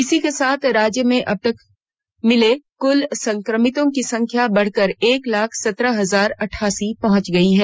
इसी के साथ राज्य में अबतक मिले कुल संक्रमितों की संख्या बढ़कर एक लाख सुत्रह हजार अटठासी पहुंच गई है